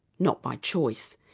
not by choice.